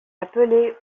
appelés